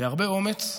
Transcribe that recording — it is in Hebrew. בהרבה אומץ,